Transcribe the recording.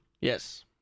Yes